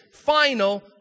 final